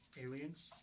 Aliens